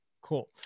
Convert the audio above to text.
Cool